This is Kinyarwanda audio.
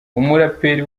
umuraperi